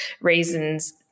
reasons